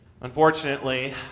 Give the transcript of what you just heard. Unfortunately